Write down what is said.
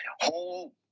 Whole